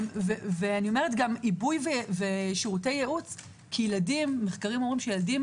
גם עיבוי ושירותי ייעוץ כי מחקרים אומרים שילדים